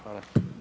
Hvala.